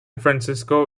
francisco